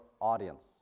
audience